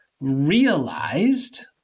realized